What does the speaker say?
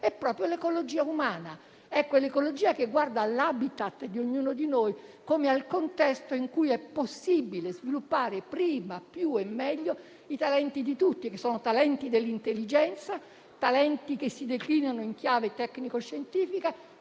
è proprio quella umana, che guarda all'*habitat* di ognuno di noi come al contesto in cui è possibile sviluppare prima, più e meglio i talenti di tutti, che sono quelli dell'intelligenza, che si declinano in chiave tecnico-scientifica,